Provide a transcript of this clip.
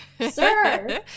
sir